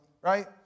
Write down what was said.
Right